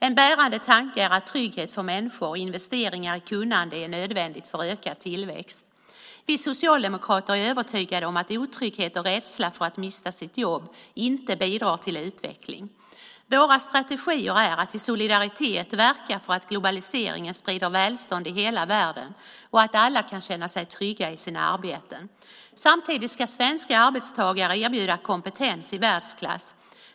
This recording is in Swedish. En bärande tanke är att trygghet för människor och investeringar i kunnande är nödvändigt för ökad tillväxt. Vi socialdemokrater är övertygade om att otrygghet och rädsla för att mista sitt jobb inte bidrar till utveckling. Våra strategier är att i solidaritet verka för att globaliseringen sprider välstånd i hela världen och att alla kan känna sig trygga i sina arbeten. Samtidigt ska svenska arbetstagare erbjuda kompetens i världsklass.